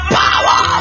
power